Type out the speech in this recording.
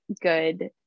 good